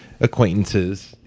acquaintances